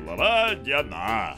laba diena